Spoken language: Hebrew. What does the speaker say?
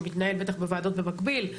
שמתנהל בטח בוועדות במקביל,